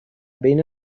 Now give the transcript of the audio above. بین